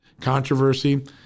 controversy